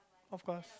of course